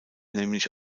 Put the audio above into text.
nämlich